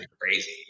Crazy